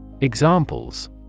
Examples